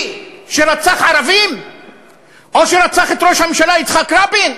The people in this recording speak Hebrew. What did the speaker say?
שרצח ערבים או שרצח את ראש הממשלה יצחק רבין?